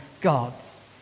God's